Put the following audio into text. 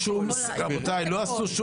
רבותיי, לא עשו.